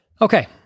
Okay